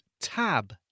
tab